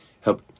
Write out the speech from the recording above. help